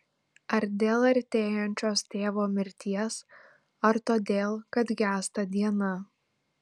ar dėl artėjančios tėvo mirties ar todėl kad gęsta diena